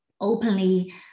openly